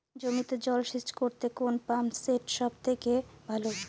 জমিতে জল সেচ করতে কোন পাম্প সেট সব থেকে ভালো?